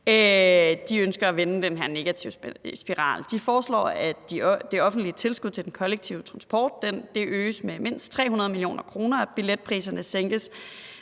ønsker at vende den her negative spiral. De foreslår, at det offentlige tilskud til den kollektive transport øges med mindst 300 mio. kr., og at billetpriserne sænkes